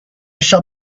shall